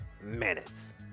minutes